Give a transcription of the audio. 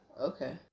okay